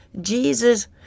Jesus